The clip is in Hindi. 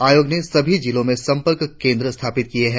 आयोग ने सभी जिलों में संपर्क केंद्र स्थापित किए हैं